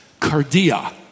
cardia